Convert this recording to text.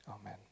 Amen